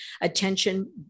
attention